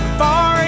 far